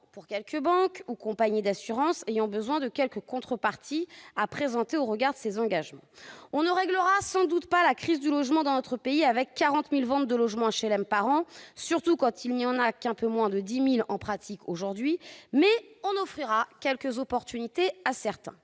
pour quelques banques ou compagnies d'assurance ayant besoin de contreparties à présenter au regard de leurs engagements. On ne réglera sans doute pas la crise du logement dans notre pays avec 40 000 ventes de logements HLM par an, surtout quand il n'y en a qu'un peu moins de 10 000 aujourd'hui, mais on offrira quelques opportunités à certains.